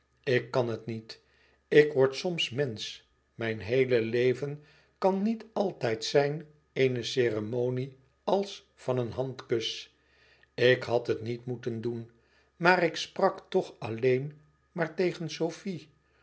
ik kan het niet ik word soms mensch mijn heele leven kan niet altijd zijn eene ceremonie als van een handkus ik had het niet moeten doen maar ik sprak toch alleen maar tegen sofie